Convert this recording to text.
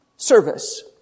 Service